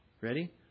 Ready